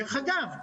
דרך אגב,